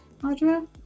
Audra